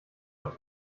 auch